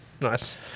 Nice